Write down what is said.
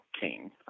king